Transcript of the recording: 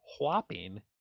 whopping